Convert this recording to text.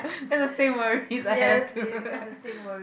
that's the same worries I have too